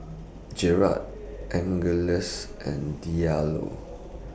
Angeles and Diallo